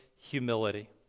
humility